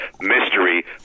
mystery